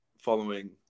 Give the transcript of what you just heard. following